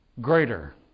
greater